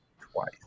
Twice